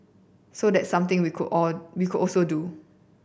so that's something we could all we could also do